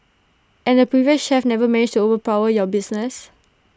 and the previous chef never managed to overpower your business